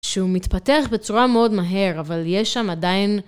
שהוא מתפתח בצורה מאוד מהר, אבל יש שם עדיין...